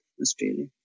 Australia